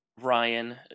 Ryan